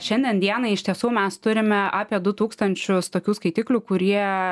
šiandien dienai iš tiesų mes turime apie du tūkstančius tokių skaitiklių kurie